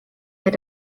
had